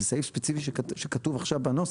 זה סעיף ספציפי שכתוב עכשיו בנוסח.